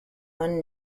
one